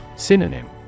Synonym